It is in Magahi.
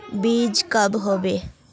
बीज कब होबे?